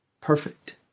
perfect